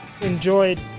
enjoyed